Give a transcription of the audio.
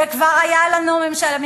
וכבר היה לנו, לא ממשלה.